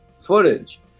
footage